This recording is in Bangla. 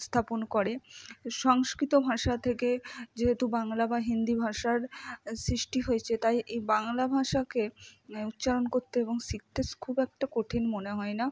স্থাপন করে সংস্কৃত ভাষা থেকে যেহেতু বাংলা বা হিন্দি ভাষার সৃষ্টি হয়েছে তাই এই বাংলা ভাষাকে উচ্চারণ করতে এবং শিখতে খুব একটা কঠিন মনে হয় না